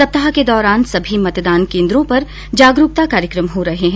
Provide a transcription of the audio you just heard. सप्ताह के दौरान सभी मतदान केन्द्रों पर जागरूकता कार्यक्रम हो रहे है